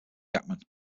jackman